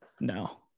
No